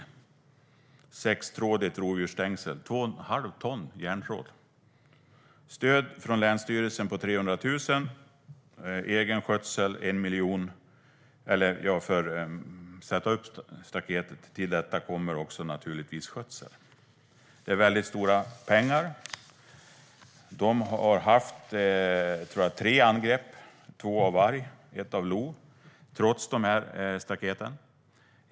Det är ett sextrådigt rovdjursstängsel, vilket motsvarar två och ett halvt ton järntråd. De har fått stöd från länsstyrelsen på 300 000, och de har lagt ut 1 miljon för att sätta upp staketet. Till detta kommer naturligtvis skötsel. Det är stora pengar. Gunilla och Valter har haft tre angrepp, två av varg och ett av lo, trots staketen.